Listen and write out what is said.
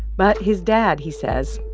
but his dad, he says,